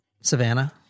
Savannah